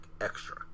extra